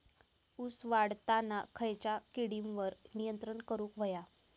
ऊस वाढताना खयच्या किडींवर नियंत्रण करुक व्हया?